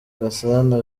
gasana